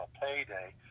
payday